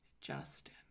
Justin